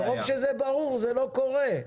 מרוב שזה ברור זה לא קורה,